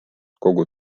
kogu